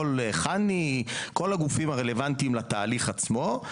חנ"י וכל הגופים הרלוונטיים לתהליך עצמו.